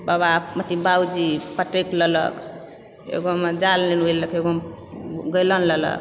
बाबा अथी बाबूजी पटकि लेलक एगोमे जाल लेलक एगोमे गैलन लेलक